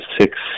six